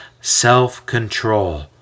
self-control